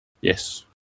Yes